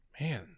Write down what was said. Man